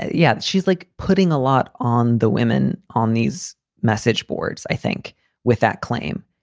yeah. she's like putting a lot on the women on these message boards. i think with that claim,